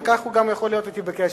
וכך הוא גם יכול להיות אתי בקשר.